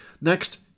Next